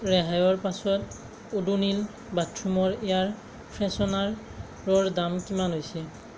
ৰেহাইৰ পাছত ওডোনিল বাথৰুমৰ এয়াৰ ফ্ৰেছনাৰৰৰ দাম কিমান হৈছে